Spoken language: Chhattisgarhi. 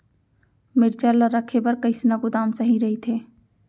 मिरचा ला रखे बर कईसना गोदाम सही रइथे?